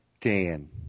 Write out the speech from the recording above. Dan